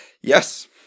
Yes